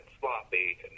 sloppy